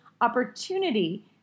opportunity